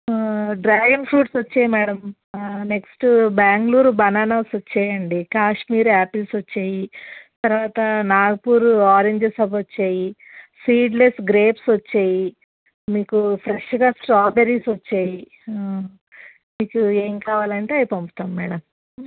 dragon fruits వచ్చాయి madam next Bengaluru bananas వచ్చాయండి Kashmir apples వచ్చాయి తర్వాత నాగపూర్ ఆరెంజెస్ అవి వచ్చాయి సీడ్లెస్ గ్రేప్స్ వచ్చాయి మీకు ఫ్రెష్గా స్ట్రాబెర్రీస్ వచ్చాయి మీకు ఏమి కావాలి అంటే అవి పంపుతాము మేడం